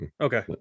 Okay